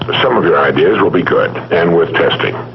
but some of your ideas will be good and worth testing.